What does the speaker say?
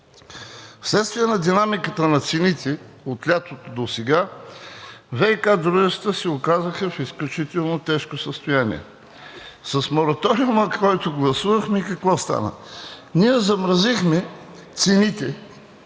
Вследствие на динамиката на цените от лятото досега ВиК дружества се оказаха в изключително тежко състояние. С мораториума, който гласувахме, какво стана? Ние замразихме цените,